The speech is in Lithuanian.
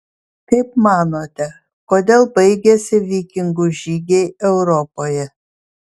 kaip manote kodėl baigėsi vikingų žygiai europoje